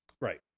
right